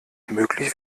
möglich